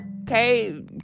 okay